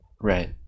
Right